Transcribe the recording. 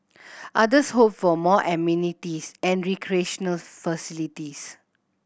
others hoped for more amenities and recreational facilities